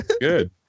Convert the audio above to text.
Good